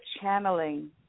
channeling